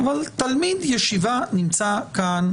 תלמיד ישיבה שנמצא כאן,